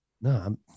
No